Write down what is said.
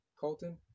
colton